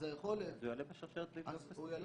אז היכולת --- אז זה יעלה בשרשרת והוא יגיע.